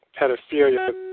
pedophilia –